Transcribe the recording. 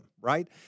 right